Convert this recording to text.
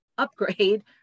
Upgrade